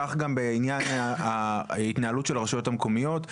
כך גם בעניין ההתנהלות של הרשויות המקומיות,